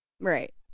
right